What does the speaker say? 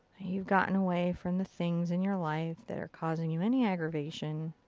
you've gotten away from the things in your life that are causing you any aggravation.